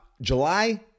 July